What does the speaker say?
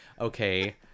okay